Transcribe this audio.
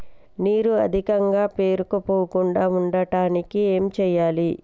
నీరు అధికంగా పేరుకుపోకుండా ఉండటానికి ఏం చేయాలి?